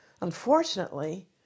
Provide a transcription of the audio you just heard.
Unfortunately